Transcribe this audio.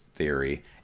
theory